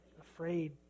afraid